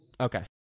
Okay